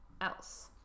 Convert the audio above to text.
else